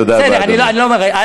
תודה רבה, אדוני.